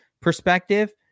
perspective